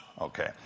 Okay